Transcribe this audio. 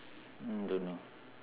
mm don't know